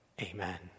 Amen